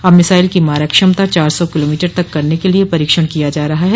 अब मिसाइल की मारक क्षमता चार सौ किलोमीटर तक करने के लिए परीक्षण किया जा रहा है